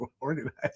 organized